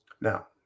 Now